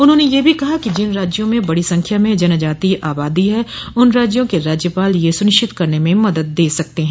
उन्होंने यह भी कहा कि जिन राज्यों में बड़ी संख्या में जनजातीय आबादी है उन राज्यों के राज्यपाल यह सुनिश्चित करने में मदद दे सकते हैं